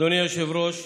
אדוני היושב-ראש,